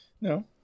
No